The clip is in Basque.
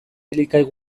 elikagai